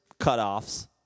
cutoffs